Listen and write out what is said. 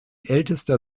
ältester